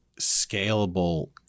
scalable